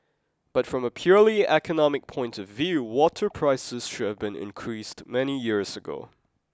but from a purely economic point of view water prices should have been increased many years ago